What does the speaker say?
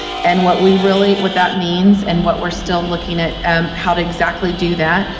and what we really what that means and what we're still looking at um how to exactly do that,